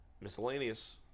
Miscellaneous